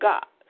God